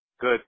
good